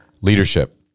Leadership